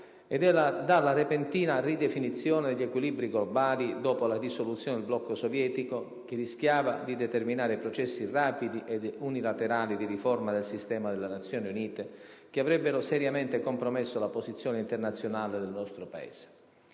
e dalla repentina ridefinizione degli equilibri globali dopo la dissoluzione del blocco sovietico, che rischiava di determinare processi rapidi ed unilaterali di riforma del sistema delle Nazioni Unite che avrebbero seriamente compromesso la posizione internazionale del nostro Paese.